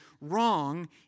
wrong